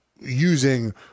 using